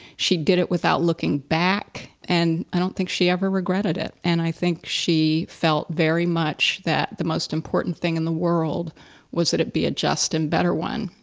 she did it without looking back, and i don't think she ever regretted it. and i think she felt very much that the most important thing in the world was that it be a just and better one.